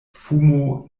fumo